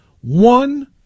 one